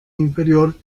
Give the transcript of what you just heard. inferior